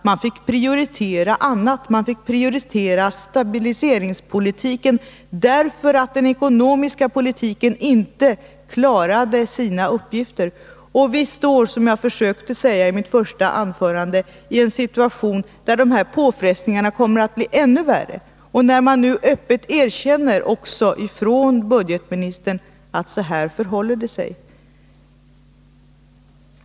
Man fick i stället prioritera stabiliseringspolitiken därför att den ekonomiska politiken inte klarade sina uppgifter. Vi står, vilket jag försökte säga i mitt första anförande, i en situation där dessa påfrestningar kommer att bli ännu värre. Och nu erkänner budgetministern öppet att det förhåller sig på det sättet.